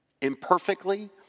Imperfectly